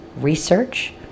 research